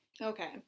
Okay